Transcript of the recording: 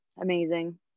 amazing